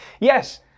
yes